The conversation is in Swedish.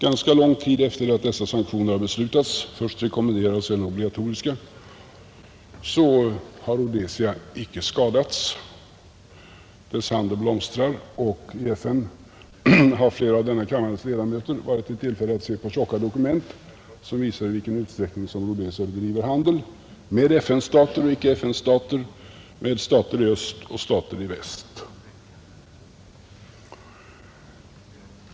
Ganska lång tid efter att dessa sanktioner beslutats — först rekommenderade, sedan obligatoriska — har Rhodesia icke skadats. Dess handel blomstrar, och i FN har flera av kammarens ledamöter varit i tillfälle att se på tjocka dokument som visar i vilken utsträckning Rhodesia bedriver handel — med FN-stater och icke FN-stater, med stater i öst och stater i väst.